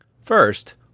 First